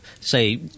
say